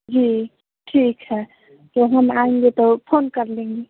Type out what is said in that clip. जी ठीक है तो हम आएँगे तो फोन कर लेंगे